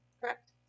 correct